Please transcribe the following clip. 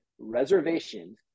reservations